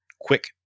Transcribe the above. quick